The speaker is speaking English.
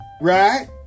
right